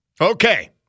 Okay